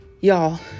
Y'all